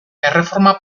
erreforma